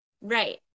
Right